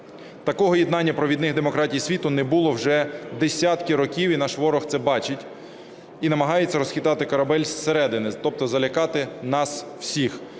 Такого єднання провідних демократій світу не було вже десятки років, і наш ворог це бачить, і намагається розхитати корабель зсередини, тобто залякати нас всіх,